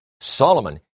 Solomon